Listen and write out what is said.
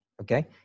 okay